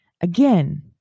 Again